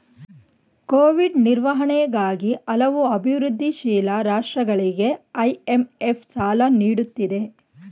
Covid ನಿರ್ವಹಣೆಗಾಗಿ ಹಲವು ಅಭಿವೃದ್ಧಿಶೀಲ ರಾಷ್ಟ್ರಗಳಿಗೆ ಐ.ಎಂ.ಎಫ್ ಸಾಲ ನೀಡುತ್ತಿದೆ